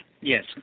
Yes